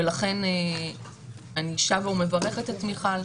ולכן אני שבה ומברכת את מיכל,